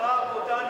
הלכה העבודה,